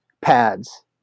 pads